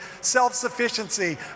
self-sufficiency